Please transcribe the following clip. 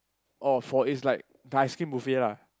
oh for it's like the ice cream buffet lah